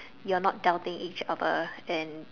you're not doubting each other and